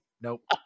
Nope